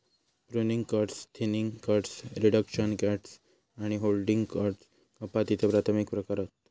pruning cuts, thinning cuts, reduction cuts आणि heading cuts कपातीचे प्राथमिक प्रकार हत